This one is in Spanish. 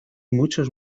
muchos